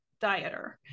dieter